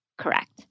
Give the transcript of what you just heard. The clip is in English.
Correct